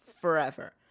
forever